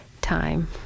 time